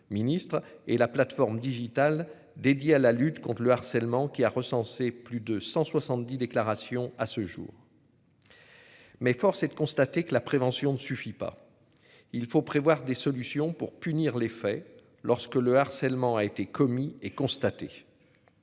et la plateforme digitale dédiée à la lutte contre le harcèlement qui a recensé plus de 170 déclaration à ce jour. Mais force est de constater que la prévention ne suffit pas. Il faut prévoir des solutions pour punir les faits lorsque le harcèlement a été commis et constater.